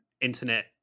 internet